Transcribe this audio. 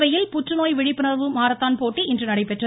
கோவையில் புற்றுநோய் விழிப்புணர்வு மாரத்தான் போட்டி இன்று நடைபெற்றது